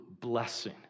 blessing